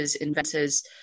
inventors